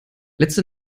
letzte